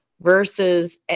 versus